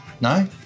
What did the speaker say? No